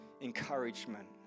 encouragement